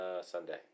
Sunday